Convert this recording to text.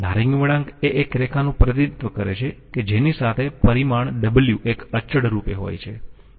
નારંગી વળાંક એ એક રેખાનું પ્રતિનિધિત્વ કરે છે કે જેની સાથે પરિમાણ w એક અચળ રૂપે હોય છે